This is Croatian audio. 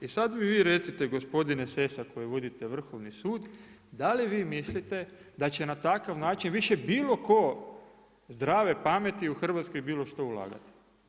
I sada mi vi recite, gospodin Sessa koji vodite Vrhovni sud, da li vi mislite da će na takav način više bilo tko zdrave pameti u Hrvatskoj bilo što ulagati?